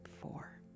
four